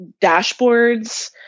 dashboards